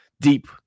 deep